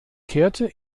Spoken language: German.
kehrte